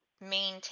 maintain